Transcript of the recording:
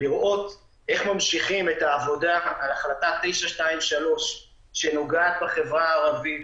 לראות איך ממשיכים את העבודה על החלטה 923 שנוגעת בחברה הערבית